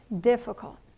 difficult